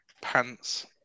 pants